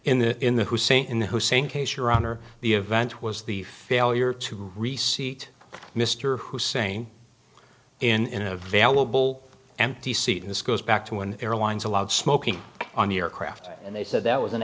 in the in the hussein hussein case your honor the event was the failure to receipt mr hussein in a valuable empty seat this goes back to an airlines allowed smoking on the aircraft and they said that was an